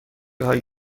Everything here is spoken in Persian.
هایی